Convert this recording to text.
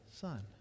son